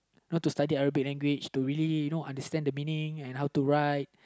not to study Arabic language to really you know understand the meaning and how to write